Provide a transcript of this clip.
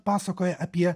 pasakoja apie